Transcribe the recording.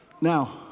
now